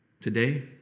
Today